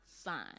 sign